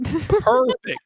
perfect